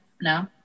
No